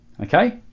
Okay